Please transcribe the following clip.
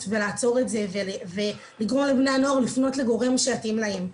ולעצור את זה ולגרום לבני הנוער לפנות לגורם שיתאים להם.